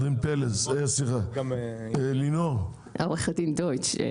עו"ד לינור דויטש.